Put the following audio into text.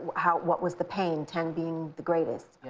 how, what was the pain? ten being the greatest.